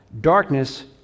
Darkness